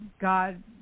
God